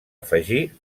afegir